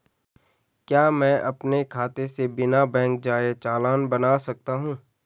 क्या मैं अपने खाते से बिना बैंक जाए चालान बना सकता हूँ?